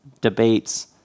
debates